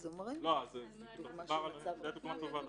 זאת דווקא דוגמה טובה.